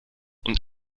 und